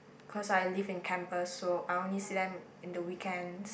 cause I live in campus so I only see them in the weekend